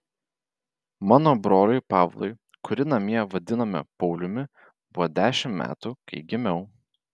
mano broliui pavlui kurį namie vadinome pauliumi buvo dešimt metų kai gimiau